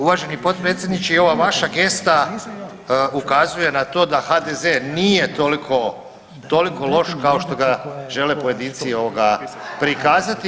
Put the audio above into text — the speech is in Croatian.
Uvaženi potpredsjedniče i ova vaša gesta ukazuje na to da HDZ-e nije toliko loš koliko ga žele pojedinci prikazati.